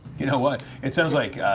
you know what? it sounds like,